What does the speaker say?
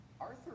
Arthur